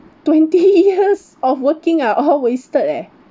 twenty years of working are all wasted leh